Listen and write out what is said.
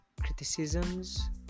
criticisms